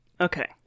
Okay